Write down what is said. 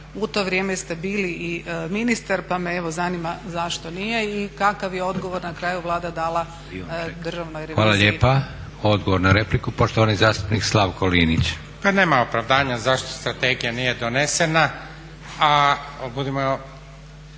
U to vrijeme ste bili i ministar pa me evo zanima zašto nije i kakav je odgovor na kraju Vlada dala reviziji. **Leko, Josip (SDP)** Hvala lijepa. Odgovor na repliku, poštovani zastupnik Slavko Linić. **Linić, Slavko (Nezavisni)** Pa nema opravdanja zašto strategija nije donesena,